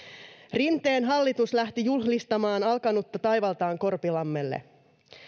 rinteen hallitus lähti juhlistamaan alkanutta taivaltaan korpilammelle